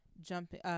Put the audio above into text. jumping